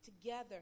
together